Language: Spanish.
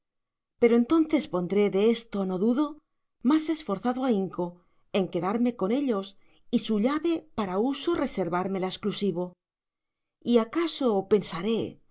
pero entonces pondré de esto no dudo más esforzado ahinco en quedarme con ellos y su llave para uso reservármela exclusivo y acaso pensaré